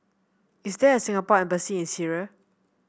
is there a Singapore Embassy in Syria